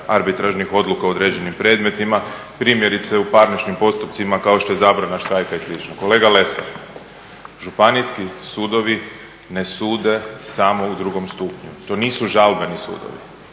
arbitražnih odluka u određenim predmetima, primjerice u parničnim postupcima kao što je zabrana štrajka i sl. Kolega Lesar, županijski sudovi ne sude samo u drugom stupnju, to nisu žalbeni sudovi.